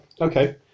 Okay